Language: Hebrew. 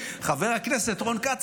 חבר הכנסת רון כץ,